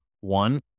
one